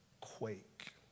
quake